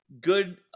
Good